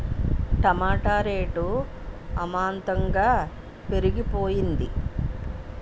టమాట rate అమాంతంగా పెరిగిపోయింది